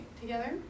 together